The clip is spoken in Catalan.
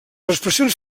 expressions